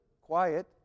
quiet